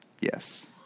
Yes